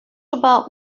about